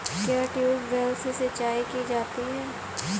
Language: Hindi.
क्या ट्यूबवेल से सिंचाई की जाती है?